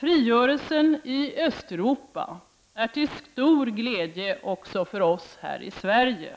Frigörelsen i Östeuropa är till stor glädje också för oss här i Sverige.